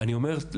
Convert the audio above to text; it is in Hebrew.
אני אומר,